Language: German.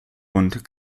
und